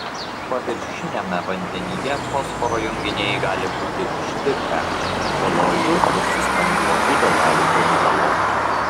paviršiniame vandenyje fosforo junginiai gali būti ištirpę koloidų ir suspenduotų dalelių pavidalo